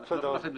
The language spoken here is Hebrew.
שלום.